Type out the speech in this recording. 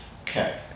Okay